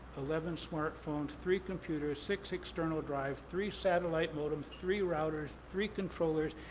eleven smartphones, three computers, six external drive, three satellite modem, three routers, three controllers,